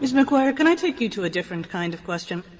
maguire, could i take you to a different kind of question?